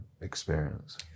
experience